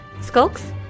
Skulks